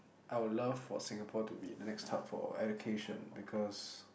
I'll love for Singapore to be the next hub for education because